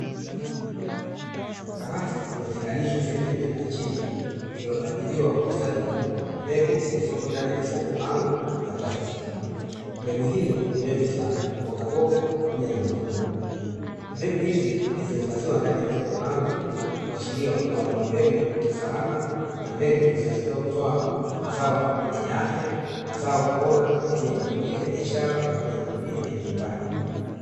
Kabati lililotenganishwa sehemu ya juu na ya chini lililopangiliwa kwa ustadi mkubwa, mbegu zilizopo katika mifuko maalumu ya plastiki, mbegu hizo ni mbegu za mbogamboga pamoja na matunda, mbegu hizi zilizohifadhiwa ndani ya mifuko maalumu kuashiria kuwa ni mbegu salama na mbegu zinazoweza kutoa mazao yenye afya, mazao bora kwa ajili ya matumizi ya biashara pamoja na matumizi ya nyumbani.